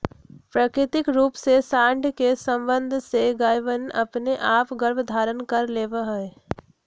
प्राकृतिक रूप से साँड के सबंध से गायवनअपने आप गर्भधारण कर लेवा हई